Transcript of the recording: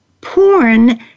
porn